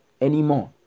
anymore